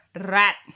rat